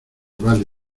vale